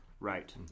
Right